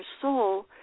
soul